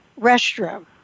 restroom